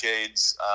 decades